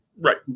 Right